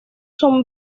son